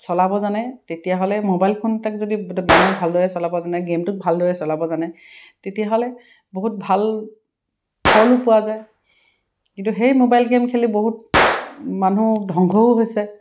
চলাব জানে তেতিয়াহ'লে মোবাইল ফোন এটাক যদি মানুহে ভালদৰে চলাব জানে গেমটোক ভালদৰে চলাব জানে তেতিয়াহ'লে বহুত ভাল ফলো পোৱা যায় কিন্তু সেই মোবাইল গেম খেলি বহুত মানুহ ধ্বংসও হৈছে